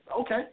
okay